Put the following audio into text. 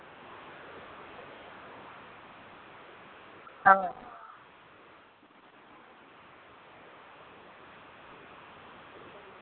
ᱚ